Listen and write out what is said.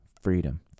freedom